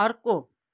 अर्को